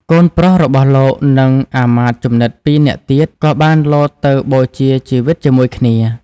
កូនប្រុសរបស់លោក និងអាមាត្យជំនិត ២ នាក់ទៀត ក៏បានលោតទៅបូជាជីវិតជាមួយគ្នា។